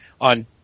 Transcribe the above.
on